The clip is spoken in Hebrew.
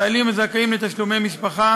חיילים הזכאים לתשלומי משפחה